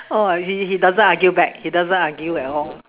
oh ah he he doesn't argue back he doesn't argue at all